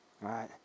right